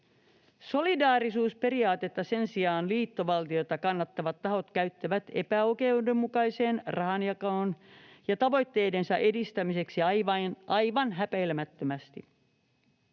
solidaarisuusperiaatetta käyttävät liittovaltiota kannattavat tahot epäoikeudenmukaiseen rahanjakoon ja tavoitteidensa edistämiseksi aivan häpeilemättömästi.